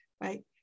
right